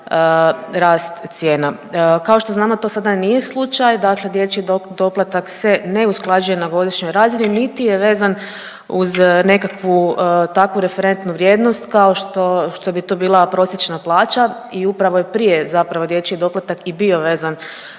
rast cijena. Kao što znamo to sada nije slučaj, dakle dječji doplatak se ne usklađuje na godišnjoj razini, niti je vezan uz nekakvu takvu referentnu vrijednost kao što, što bi to bila prosječna plaća i upravo je prije zapravo dječji doplatak i bio vezan